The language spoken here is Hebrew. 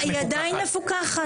היא עדיין מפוקחת.